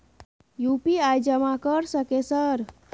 UPI जमा कर सके सर?